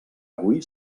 avui